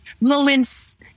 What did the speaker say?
moments